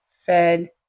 fed